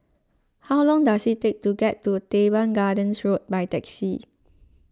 how long does it take to get to Teban Gardens Road by taxi